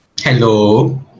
hello